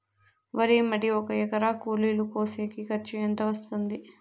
వరి మడి ఒక ఎకరా కూలీలు కోసేకి ఖర్చు ఎంత వస్తుంది?